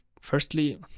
firstly